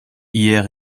hier